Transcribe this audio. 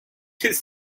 his